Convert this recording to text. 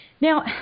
Now